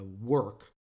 work